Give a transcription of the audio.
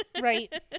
Right